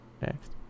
Next